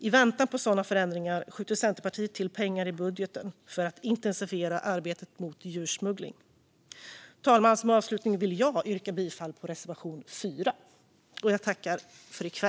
I väntan på sådana förändringar skjuter Centerpartiet till pengar i budgeten för att intensifiera arbetet mot djursmuggling. Fru talman! Som avslutning vill jag yrka bifall till reservation 4.